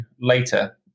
later